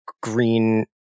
green